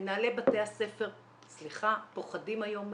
מנהלי בתי הספר פוחדים היום מההורים,